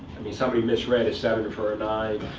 i mean, somebody misread a seven for a nine.